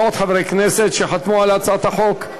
ועוד חברי כנסת שחתמו על הצעת החוק.